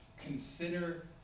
Consider